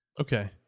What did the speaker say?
Okay